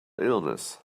illness